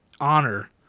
honor